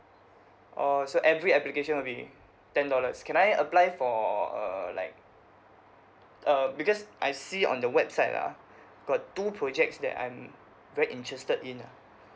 orh so every application will be ten dollars can I apply for err like uh because I see on the website ah got two projects that I'm very interested in lah